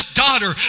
daughter